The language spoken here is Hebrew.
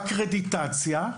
האקרדיטציה,